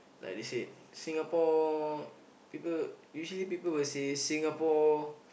like they said Singapore people usually people will say Singapore